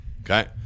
Okay